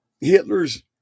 hitler's